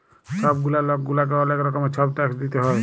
ছব গুলা লক গুলাকে অলেক রকমের ছব ট্যাক্স দিইতে হ্যয়